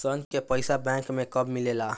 ऋण के पइसा बैंक मे कब मिले ला?